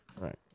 Right